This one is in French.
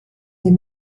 est